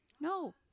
No